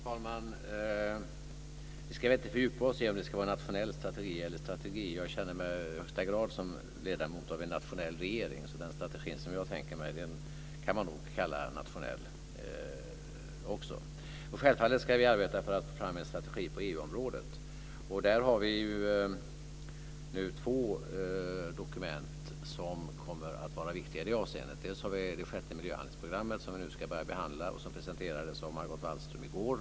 Fru talman! Vi ska väl inte fördjupa oss i om det ska vara nationell strategi eller strategi. Jag känner mig i högsta grad som ledamot av en nationell regering. Den strategi som jag tänker mig kan man nog kalla nationell. Vi ska självfallet arbeta för att få fram en strategi på EU-området. Där har vi nu två dokument som kommer att vara viktiga. Vi har det sjätte miljöhandelsprogrammet som vi nu ska börja behandla och som presenterades av Margot Wallström i går.